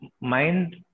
Mind